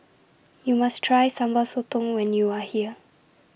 YOU must Try Sambal Sotong when YOU Are here